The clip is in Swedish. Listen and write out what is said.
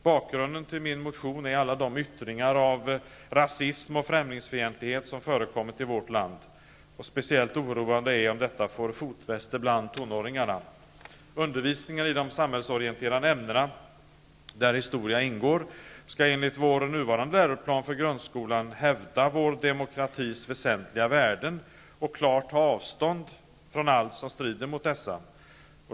Bakgrunden till min motion är alla de yttringar av rasism och främlingsfientlighet som förekommit i vårt land. Speciellt oroande är om detta får fotfäste bland tonåringarna. Undervisningen i de samhällsorienterande ämnena, där historia ingår, skall enligt vår nuvarande läroplan för grundskolan ''hävda vår demokratis väsentliga värden och klart ta avstånd från allt som strider mot dessa''.